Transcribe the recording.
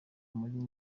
muri